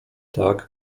tak